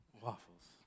Waffles